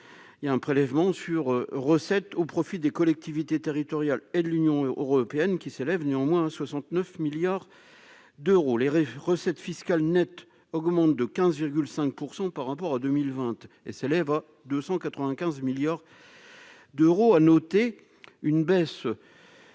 il y a un prélèvement sur recettes au profit des collectivités territoriales et de l'Union européenne, qui s'élèvent néanmoins 69 milliards d'euros, les recettes fiscales nettes augmente de 15,5 % par rapport à 2020 et s'élève à 295 milliards d'euros, a noté une baisse